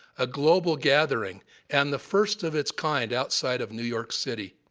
a global gathering and the first of its kind outside of new york city.